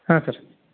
ಹಾಂ ಸರ್